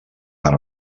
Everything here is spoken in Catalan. per